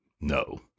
No